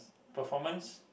performance